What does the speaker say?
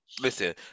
listen